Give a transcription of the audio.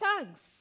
thanks